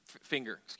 finger